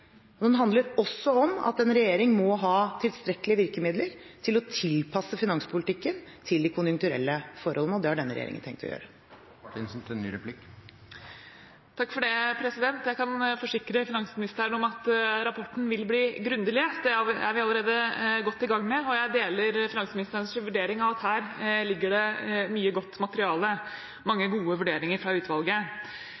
Den handler også om at en regjering må ha tilstrekkelige virkemidler til å tilpasse finanspolitikken til de konjunkturelle forholdene, og det har denne regjeringen tenkt å gjøre. Jeg kan forsikre finansministeren om at rapporten vil bli grundig lest. Det er vi allerede godt i gang med, og jeg deler finansministerens vurdering av at her ligger det mye godt materiale og mange gode vurderinger fra utvalget.